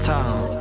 Town